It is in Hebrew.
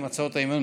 עם הצעות האי-אמון,